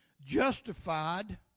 Justified